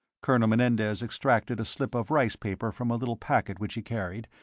colonel menendez extracted a slip of rice paper from a little packet which he carried,